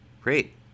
Great